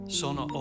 sono